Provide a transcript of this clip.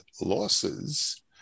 losses